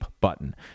button